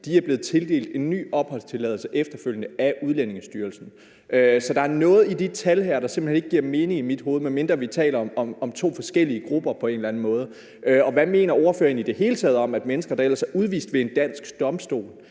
er blevet tildelt en ny opholdstilladelse af Udlændingestyrelsen. Så der er noget ved de her tal, der simpelt hen ikke giver mening i mit hoved, medmindre vi på en eller anden måde taler om to forskellige grupper. Og hvad mener ordføreren i det hele taget om, at mennesker, der ellers er udvist ved en dansk domstol,